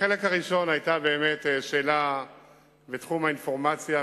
בחלק הראשון היתה שאלה בתחום האינפורמציה,